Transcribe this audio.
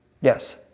Yes